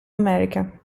america